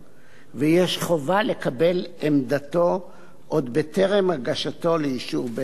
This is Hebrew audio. ויש חובה לקבל את עמדתו עוד בטרם הגשתו לאישור בית-המשפט.